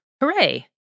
Hooray